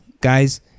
Guys